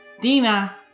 Dina